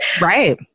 Right